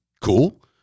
cool